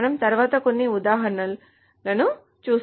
మనము తరువాత కొన్ని ఉదాహరణలను చూస్తాము